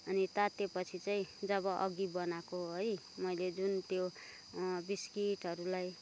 अनि तातिएपछि चाहिँ जब अघि बनाएको है मैले जुन त्यो बिस्कुटहरूलाई